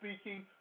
speaking